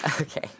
okay